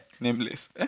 Nameless